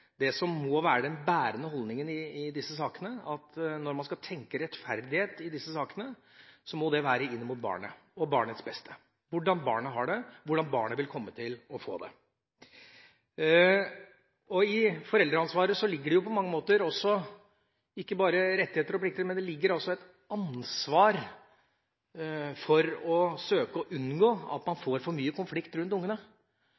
det som må være den bærende holdningen i disse sakene, at når man skal tenke rettferdighet her, må det være rettet inn mot barnet og barnets beste – hvordan barnet har det, hvordan barnet vil komme til å få det. I foreldreansvaret ligger det på mange måter ikke bare rettigheter og plikter, men også et ansvar for å søke å unngå at